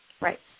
Right